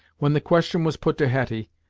when the question was put to hetty,